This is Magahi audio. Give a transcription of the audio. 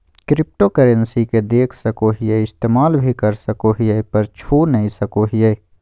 क्रिप्टोकरेंसी के देख सको हीयै इस्तेमाल भी कर सको हीयै पर छू नय सको हीयै